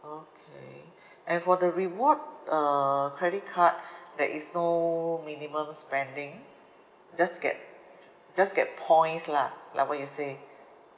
okay and for the reward uh credit card there is no minimum spending just get just get points lah like what you say